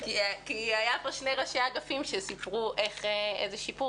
כי היו פה שני אגפים שסיפרו איזה שיפור